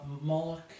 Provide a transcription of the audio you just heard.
Moloch